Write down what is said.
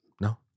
No